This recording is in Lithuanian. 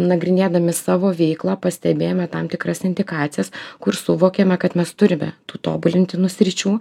nagrinėdami savo veiklą pastebėjome tam tikras indikacijas kur suvokėme kad mes turime tų tobulintinų sričių